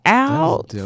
out